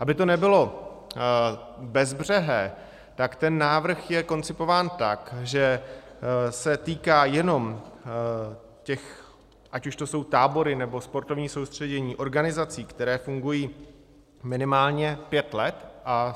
Aby to nebylo bezbřehé, tak ten návrh je koncipován tak, že se týká jenom těch ať už to jsou tábory, nebo sportovní soustředění organizací, které fungují minimálně pět let a